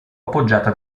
appoggiata